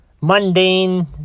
mundane